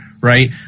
Right